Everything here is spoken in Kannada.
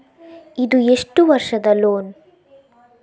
ಇದು ಎಷ್ಟು ವರ್ಷದ ಲೋನ್?